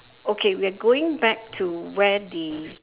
okay we're going back to where the